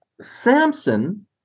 Samson